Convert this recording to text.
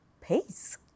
Peace